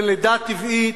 בין לידה טבעית,